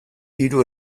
hiru